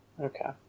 Okay